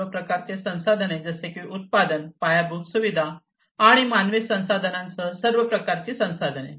सर्व प्रकारच्या संसाधने जसे की उत्पादन पायाभूत सुविधा आणि मानवी संसाधनांसह सर्व प्रकारची संसाधने